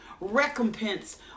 recompense